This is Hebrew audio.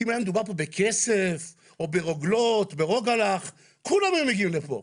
אם היה מדובר בכסף או בתוכנות רוגלה כולם היו מגיעים לפה,